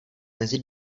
mezi